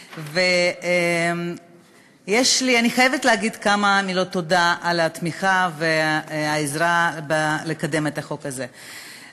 אני חייבת להגיד כמה מילות תודה על התמיכה ועל העזרה בקידום החוק הזה.